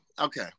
okay